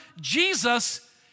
Jesus